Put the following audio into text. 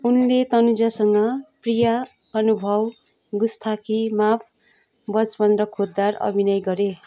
उनले तनुजासँग प्रिया अनुभव गुस्ताकी माफ बचपन र खुद्दार अभिनय गरे